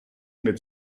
mir